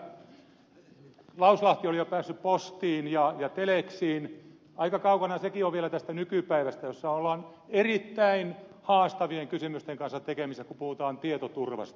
lauslahti oli jo päässyt postiin ja teleksiin aika kaukana sekin on vielä tästä nykypäivästä jossa ollaan erittäin haastavien kysymysten kanssa tekemisissä kun puhutaan tietoturvasta